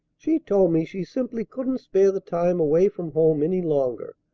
she told me she simply couldn't spare the time away from home any longer,